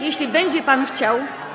Jeśli będzie pan chciał.